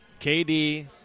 KD